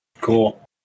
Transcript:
Cool